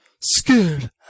scared